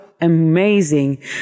amazing